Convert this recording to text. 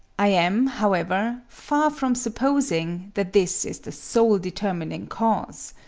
i am, however, far from supposing that this is the sole determining cause.